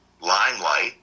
Limelight